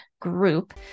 group